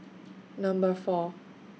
Number four